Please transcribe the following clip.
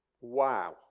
Wow